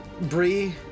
Bree